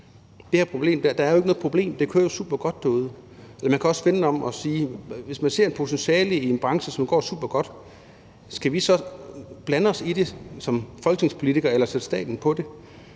Det her problem er jo ikke noget problem. Det kører jo supergodt derude. Man kan også vende det om og sige, at hvis man ser et potentiale i en branche, som går supergodt, skal vi så blande os i dag som folketingspolitikere eller sætte staten på det?